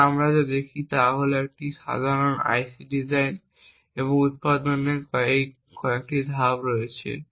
সুতরাং আমরা যা দেখি তা হল যে একটি সাধারণ আইসি ডিজাইন এবং উত্পাদনের এই কয়েকটি ধাপ রয়েছে